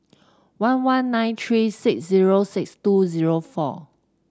one one nine three six zero six two zero four